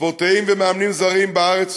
ספורטאים ומאמנים זרים בארץ